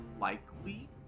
likely